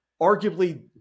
arguably